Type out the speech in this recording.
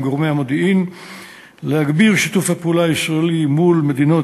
גורמי המודיעין להגביר את שיתוף הפעולה הישראלי עם מדינות